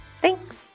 Thanks